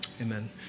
amen